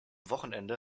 wochenende